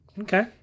Okay